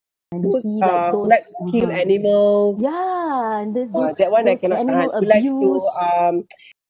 who like to kill animals !wah! that one I cannot tahan who likes to um